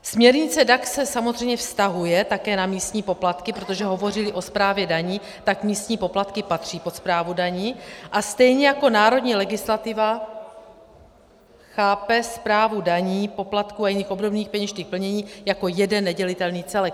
Směrnice DAC se samozřejmě vztahuje také na místní poplatky, protože hovořímli o správě daní, tak místní poplatky patří pod správu daní, a stejně jako národní legislativa chápe správu daní, poplatků a jiných obdobných peněžitých plnění jako jeden nedělitelný celek.